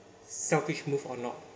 selfish move or not